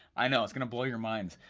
i know, it's gonna blow your minds.